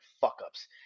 fuck-ups